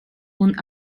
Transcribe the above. und